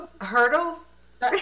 Hurdles